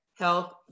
health